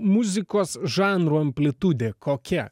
muzikos žanrų amplitudė kokia